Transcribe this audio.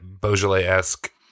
Beaujolais-esque